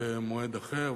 במועד אחר,